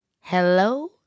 Hello